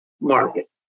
market